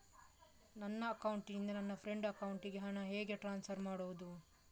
ನನ್ನ ಅಕೌಂಟಿನಿಂದ ನನ್ನ ಫ್ರೆಂಡ್ ಅಕೌಂಟಿಗೆ ಹಣ ಹೇಗೆ ಟ್ರಾನ್ಸ್ಫರ್ ಮಾಡುವುದು?